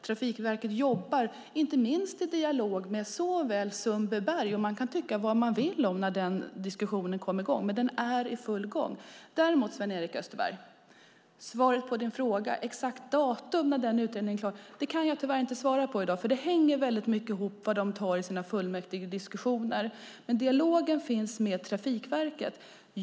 Trafikverket jobbar, inte minst i dialog med Sundbyberg. Man kan tycka vad man vill om när den diskussionen kom i gång, men den är i full gång. Däremot kan jag tyvärr inte i dag svara på din fråga, Sven-Erik Österberg, om exakt datum när utredningen är klar. Det hänger väldigt mycket ihop med vad de säger i sina fullmäktigediskussioner. Men dialogen finns med Trafikverket.